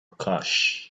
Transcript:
cash